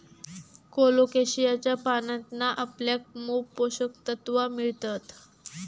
कोलोकेशियाच्या पानांतना आपल्याक मोप पोषक तत्त्वा मिळतत